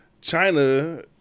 China